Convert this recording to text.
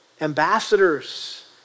Ambassadors